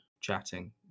chatting